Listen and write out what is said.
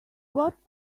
got